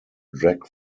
drag